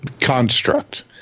construct